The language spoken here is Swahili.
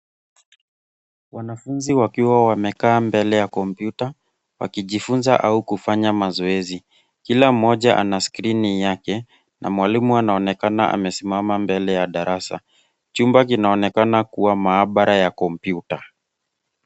Wanafunzi wakiwa wamekaa mbele ya kompyuta wakijifunza au kufanya mazoezi. Kila mmoja ana skrini yake na mwalimu anaonekana amesimama mbele ya darasa. Chumba kinaonekana kuwa maabara ya kompyuta.